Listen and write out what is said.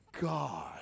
God